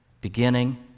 beginning